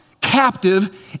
captive